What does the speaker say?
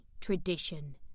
tradition